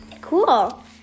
Cool